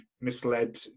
misled